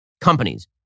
companies